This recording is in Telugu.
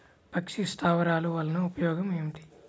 పక్షి స్థావరాలు వలన ఉపయోగం ఏమిటి?